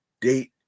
date